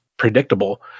predictable